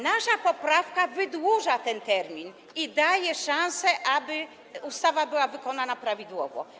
Nasza poprawka wydłuża ten termin i daje szansę, aby ustawa była wykonana prawidłowo.